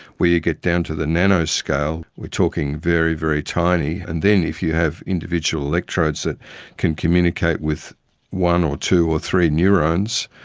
where you get down to the nanoscale, we are talking very, very tiny, and then if you have individual electrodes that can communicate with one or two or three neurones,